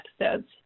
episodes